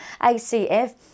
ACF